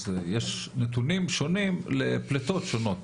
אז יש נתונים שונים לפליטות שונות.